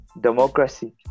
democracy